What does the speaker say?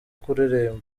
kuririmba